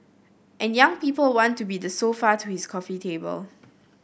and young people want to be the sofa to his coffee table